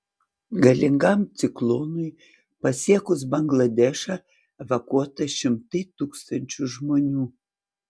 galingam ciklonui pasiekus bangladešą evakuota šimtai tūkstančių žmonių